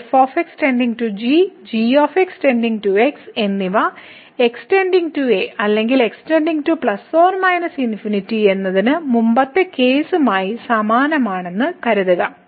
ഈ f → g g → x എന്നിവ x → a അല്ലെങ്കിൽ x →± എന്നതിന് മുമ്പത്തെ കേസുമായി സമാനമാണെന്ന് കരുതുക